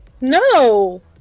No